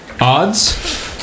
Odds